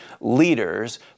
leaders